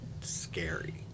scary